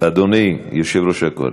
אדוני יושב-ראש הקואליציה.